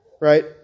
right